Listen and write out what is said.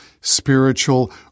spiritual